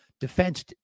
defense